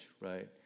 right